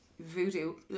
Voodoo